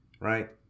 right